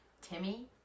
Timmy